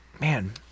man